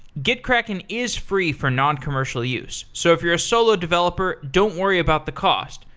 gitkraken is free for noncommercial use, so if you're a solo developer, don't worry about the cost,